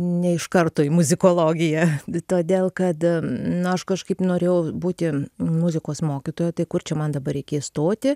ne iš karto į muzikologiją todėl kad nu aš kažkaip norėjau būti muzikos mokytoja tai kur čia man dabar reikės stoti